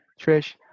Trish